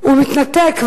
והוא מתנתק,